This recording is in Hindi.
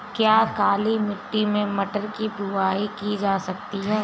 क्या काली मिट्टी में मटर की बुआई की जा सकती है?